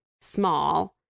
small